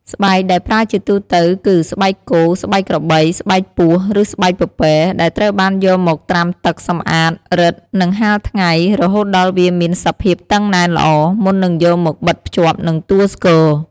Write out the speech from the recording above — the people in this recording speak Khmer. ស្បែកដែលប្រើជាទូទៅគឺ ស្បែកគោ ស្បែកក្របី ស្បែកពស់ ឬស្បែកពពែ ដែលត្រូវបានយកមកត្រាំទឹក សម្អាត រឹត និងហាលថ្ងៃ រហូតដល់វាមានសភាពតឹងណែនល្អ មុននឹងយកមកបិទភ្ជាប់នឹងតួស្គរ។